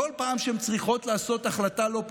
בכל פעם שהן צריכות לעשות החלטה לא פופולרית,